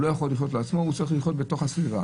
הוא לא יכול לחיות לעצמו אלא הוא צריך לחיות בתוך הסביבה.